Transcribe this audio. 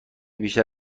بیشتر